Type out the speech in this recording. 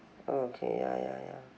okay ya ya ya